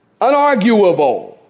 Unarguable